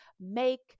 make